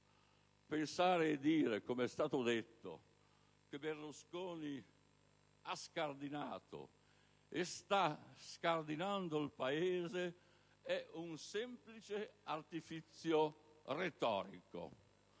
Pensare e dire, com'è stato detto, che Berlusconi ha scardinato e sta scardinando il Paese è un semplice artifizio retorico.